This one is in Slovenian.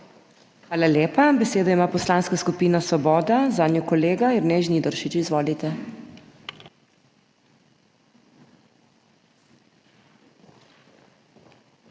Hvala lepa. Besedo ima Poslanska skupina Svoboda, zanjo kolega Jernej Žnidaršič. Izvolite.